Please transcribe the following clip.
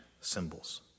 symbols